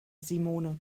simone